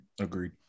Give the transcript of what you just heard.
Agreed